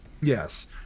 yes